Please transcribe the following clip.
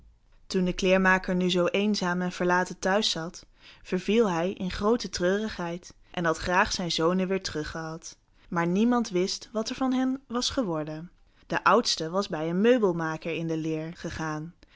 toen de kleermaker nu zoo eenzaam en verlaten thuis zat verviel hij in groote treurigheid en had graâg zijn zonen weêr terug gehad maar niemand wist wat er van hen was geworden de oudste was bij een meubelmaker in de leer gegaan